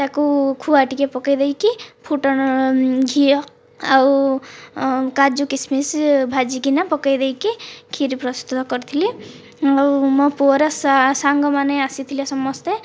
ତାକୁ ଖୁଆ ଟିକେ ପକେଇଦେଇକି ଫୁଟଣ ଘିଅ ଆଉ କାଜୁ କିସ୍ମିସ୍ ଭାଜିକିନା ପକେଇ ଦେଇକି କ୍ଷୀରି ପ୍ରସ୍ତୁତ କରିଥିଲି ଆଉ ମୋ' ପୁଅର ସାଙ୍ଗମାନେ ଆସିଥିଲେ ସମସ୍ତେ